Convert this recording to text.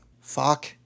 Fuck